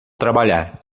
trabalhar